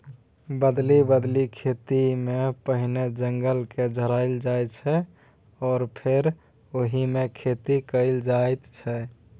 बदलि बदलि खेतीमे पहिने जंगलकेँ जराएल जाइ छै आ फेर ओहिमे खेती कएल जाइत छै